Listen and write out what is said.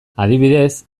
adibidez